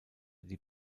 die